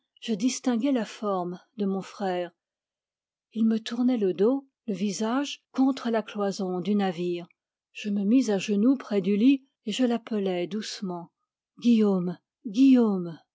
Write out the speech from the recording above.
je distinguai la forme de mon frère il me tournait le dos le visage contre la cloison du navire je me mis à genoux près du lit et je l'appelai doucement guillaume